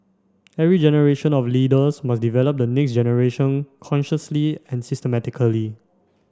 every generation of leaders must develop the next generation consciously and systematically